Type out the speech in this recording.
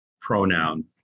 pronoun